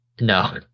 No